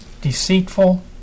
deceitful